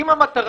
אם זאת המטרה,